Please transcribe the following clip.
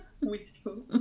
Wistful